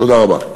תודה רבה.